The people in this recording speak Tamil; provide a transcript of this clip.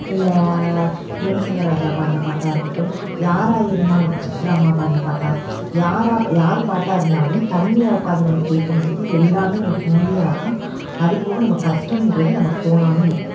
இல்லை யுவன் ஷங்கர் ராஜா பாடின பாட்டாக இருக்கட்டும் யாராக இருந்தாலும் சித்ரா அம்மா பாடின பாட்டாக யாராக யார் பாட்டாக இருந்தாலுமே தனிமையாக உட்காந்து நம்ம கேட்கும்போது எல்லாமே நமக்கு இனிமையாக இருக்கும் அதுபோக நமக்கு கஷ்டம்ன்றது நமக்கு தோணாமல் இருக்கும்